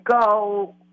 go